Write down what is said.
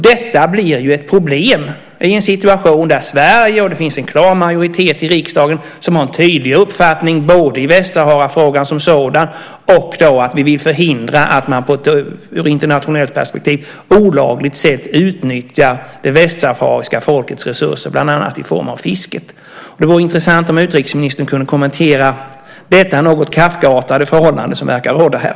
Detta blir ju ett problem i en situation där det finns en klar majoritet i riksdagen som har en tydlig uppfattning både i Västsaharafrågan som sådan och om att vi vill förhindra att man i ett internationellt perspektiv på ett olagligt sätt utnyttjar det västsahariska folkets resurser, bland annat i form av fisket. Det vore intressant om utrikesministern kunde kommentera det något Kafkaartade förhållande som verkar råda här.